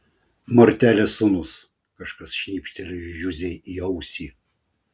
mortelės sūnus kažkas šnypštelėjo juzei į ausį